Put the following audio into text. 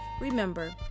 Remember